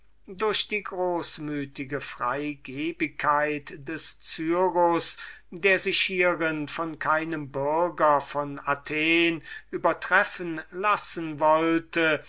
durch die großmütige freigebigkeit des cyrus der sich hierin von keinem athenienser übertreffen lassen wollte